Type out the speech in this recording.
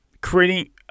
creating –